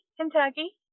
Kentucky